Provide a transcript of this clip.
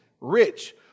rich